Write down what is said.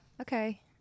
okay